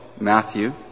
Matthew